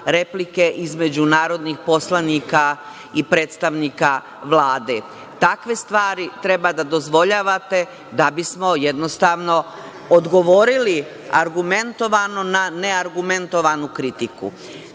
između narodnih poslanika i predstavnika Vlade. Takve stvari treba da dozvoljavate da bismo jednostavno odgovorili argumentovano na neargumentovanu kritiku. Bilo